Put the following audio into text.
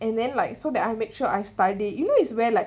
and then like so that I'll make sure I studied you know is where like